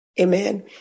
amen